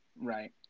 Right